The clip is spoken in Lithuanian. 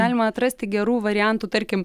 galima atrasti gerų variantų tarkim